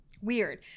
Weird